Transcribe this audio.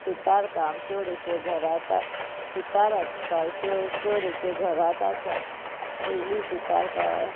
सुतारकाम चड अशें घरांत सुतार आजकाल चड चड अशें घरांत आसात पयली सुतार